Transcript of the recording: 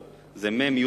זה מ"ם,